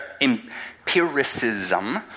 empiricism